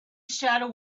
shadow